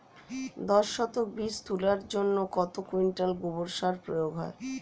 দশ শতক বীজ তলার জন্য কত কুইন্টাল গোবর সার প্রয়োগ হয়?